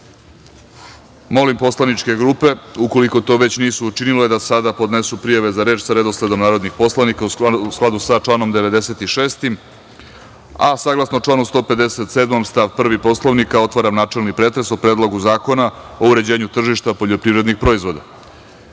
poslaničke grupe, ukoliko to već nisu učinile, da sada podnesu prijave za reč sa redosledom narodnih poslanika, u skladu sa članom 96.Saglasno članu 157. stav 1. Poslovnika, otvaram načelni pretres o Predlogu zakona o uređenju tržišta poljoprivrednih proizvoda. Da